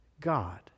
God